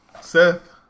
Seth